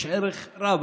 יש ערך רב.